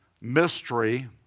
mystery